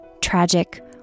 tragic